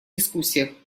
дискуссиях